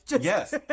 yes